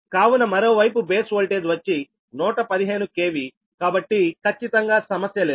కావున మరోవైపు base voltage వచ్చి 115 KV కాబట్టి ఖచ్చితంగా సమస్య లేదు